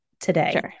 today